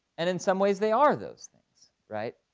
and in some ways they are those things, right.